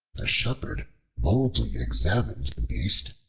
the shepherd boldly examined the beast,